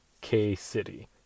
K-City